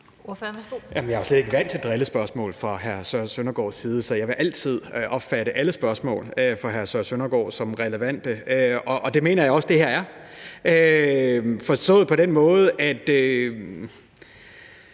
jeg er jo slet ikke vant til drillespørgsmål fra hr. Søren Søndergaards side, så jeg vil altid opfatte alle spørgsmål fra hr. Søren Søndergaard som relevante. Og det mener jeg også det her er, forstået på den måde, at